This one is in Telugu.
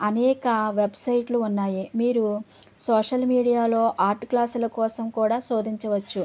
అనేక వెబ్సైట్లు ఉన్నాయి మీరు సోషల్ మీడియాలో ఆర్ట్ క్లాసుల కోసం కూడా శోధించవచ్చు